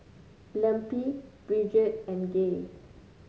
Lempi Bridgett and Gay